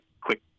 quick